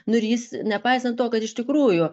nu ir jis nepaisant to kad iš tikrųjų